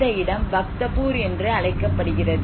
இந்த இடம் பக்தபூர் என்று அழைக்கப்படுகிறது